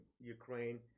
Ukraine